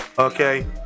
okay